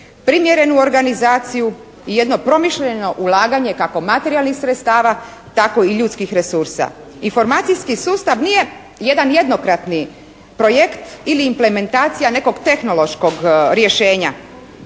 primjerenu organizaciju i jedno promišljeno ulaganje kako materijalnih sredstava tako i ljudskih resursa. Informacijski sustav nije jedan jednokratni projekt ili implementacija nekog tehnološkog rješenja,